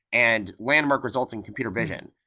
and landmark results in computer vision.